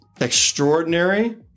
extraordinary